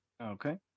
Okay